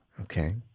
Okay